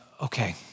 okay